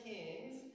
Kings